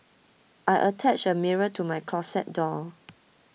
I attached a mirror to my closet door